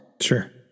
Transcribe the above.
Sure